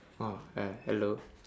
ah h~ hello